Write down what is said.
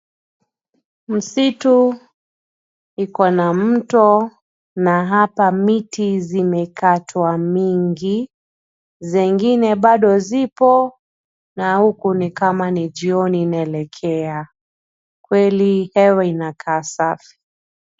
Msitu iko na mto na hapa miti zimekatwa mingi. Zingine bado zipo na huku ni kama ni jioni inaelekea. Kweli hewa inakaa safi.